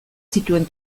zituen